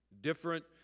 different